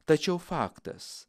tačiau faktas